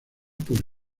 por